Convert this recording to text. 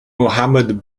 muhammad